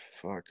fuck